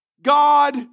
God